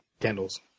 Candles